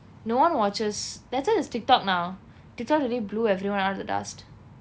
no one watches that's why it's Tik Tok now Tik Tok really blew everyone out of the dust